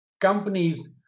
Companies